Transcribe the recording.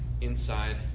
inside